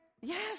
Yes